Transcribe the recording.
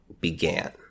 began